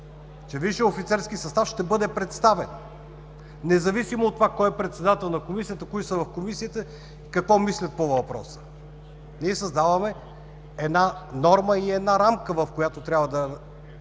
че висшият офицерски състав ще бъде представен, независимо кой е председател на Комисията, кои са в Комисията, какво мислят по въпроса. Ние създаваме една норма и една рамка, в която трябва да